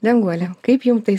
danguole kaip jum tai